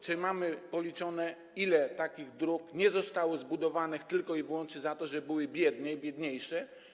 Czy mamy policzone, ile takich dróg nie zostało zbudowanych tylko i wyłącznie z tego powodu, że były biedne, biedniejsze?